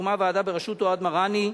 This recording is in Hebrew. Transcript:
הוקמה ועדה בראשות אוהד מראני,